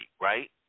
right